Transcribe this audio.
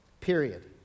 Period